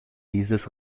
dieses